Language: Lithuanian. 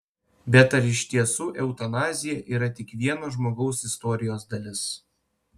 bet ar iš tiesų eutanazija yra tik vieno žmogaus istorijos dalis